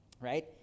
right